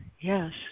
yes